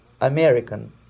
American